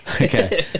Okay